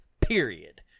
period